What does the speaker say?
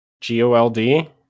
G-O-L-D